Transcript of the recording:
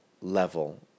level